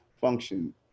function